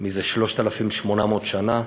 מזה 3,800 שנה.